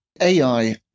AI